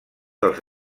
dels